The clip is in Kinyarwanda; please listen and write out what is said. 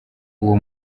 uwo